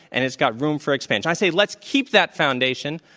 and it's got room for expansion. i say let's keep that foundation,